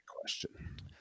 question